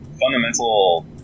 fundamental